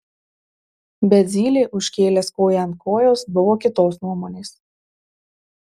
bet zylė užkėlęs koją ant kojos buvo kitos nuomones